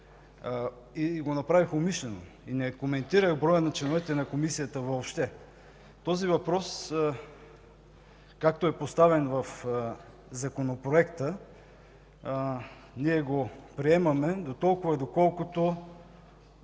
Направих го умишлено и не коментирах броя на членовете на Комисията въобще. Този въпрос, както е поставен в Законопроекта, го приемаме дотолкова, доколкото